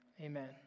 Amen